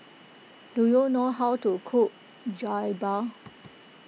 do you know how to cook Jokbal